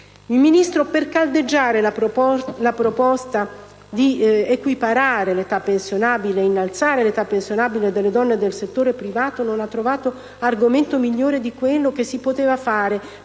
Il Ministro, per caldeggiare la proposta di equiparare l'età pensionabile ed innalzare l'età pensionabile delle donne del settore privato, non ha trovato argomento migliore di quello che si poteva fare